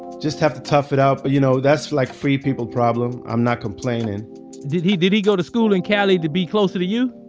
just to have to tough it out, but you know, that's like free people problem. i'm not complaining did he, did he go to school in cali to be closer to you?